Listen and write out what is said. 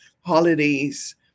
holidays